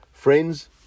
Friends